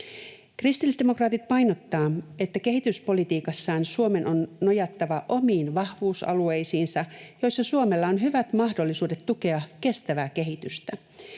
Kristillisdemokraatit painottavat, että kehityspolitiikassaan Suomen on nojattava omiin vahvuusalueisiinsa, joissa Suomella on hyvät mahdollisuudet tukea kestävää kehitystä.